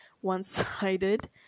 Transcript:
one-sided